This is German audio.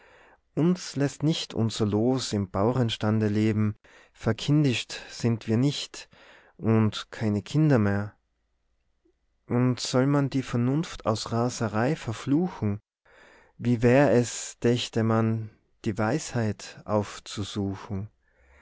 uns lässt nicht unser los im bauernstande leben verkindischt sind wir nicht und keine kinder mehr und soll man die vernunft aus raserei verfluchen wie wär es dächte man die weisheit aufzusuchen